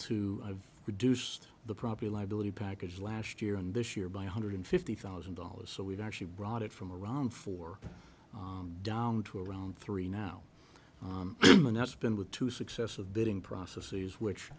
to reduce the property liability package last year and this year by one hundred fifty thousand dollars so we've actually brought it from around four down to around three now and that's been with two successive bidding processes which